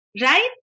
Right